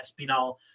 Espinal